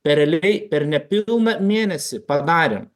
per realiai per nepilną mėnesį padarėm